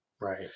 right